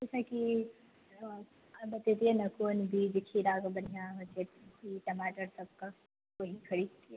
जइसे कि ओ बतैतिये ने कोन बीज खीराके बढ़िऑं होइ छै कि टमाटर सबके वही खरीदतियै